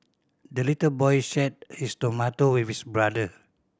the little boy shared his tomato with his brother